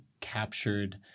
captured